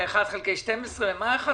יהיה תקציב של 1/12. מה 1/12?